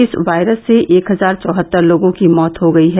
इस वायरस से एक हजार चौहत्तर लोगों की मौत हो गई है